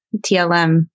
TLM